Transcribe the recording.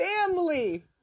family